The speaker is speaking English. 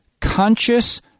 conscious